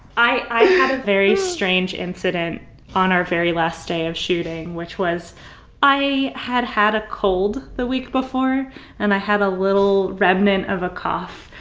i i had a very strange incident on our very last day of shooting, which was i had had a cold the week before and i had a little remnant of a cough.